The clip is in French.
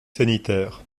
sanitaire